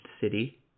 city